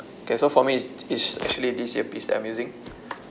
okay so for me it's it's actually this earpiece that I'm using